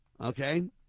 Okay